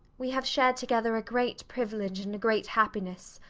we have shared together a great privilege and a great happiness.